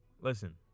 listen